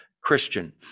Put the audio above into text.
Christian